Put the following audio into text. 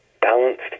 balanced